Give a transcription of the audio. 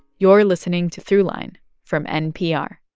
you're listening to throughline from npr